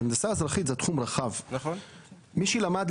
הנדסה אזרחית זה תחום רחב: מי שלמד,